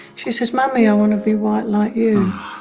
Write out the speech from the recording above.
she says, mommy, i wanna be white like you. oh,